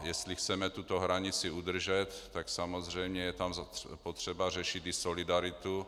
Jestli chceme tuto hranici udržet, tak samozřejmě je tam potřeba řešit i solidaritu.